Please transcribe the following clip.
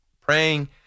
praying